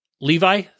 Levi